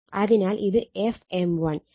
അതിനാൽ ഇത് F m1